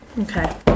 Okay